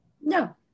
No